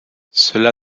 cela